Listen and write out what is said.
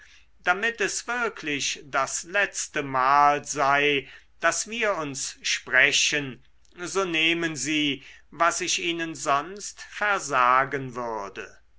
damit es wirklich das letztemal sei daß wir uns sprechen so nehmen sie was ich ihnen sonst versagen würde